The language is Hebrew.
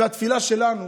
והתפילה שלנו